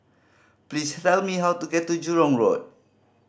please tell me how to get to Jurong Road